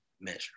measure